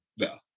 No